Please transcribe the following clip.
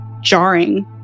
jarring